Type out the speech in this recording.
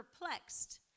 perplexed